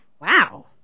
Wow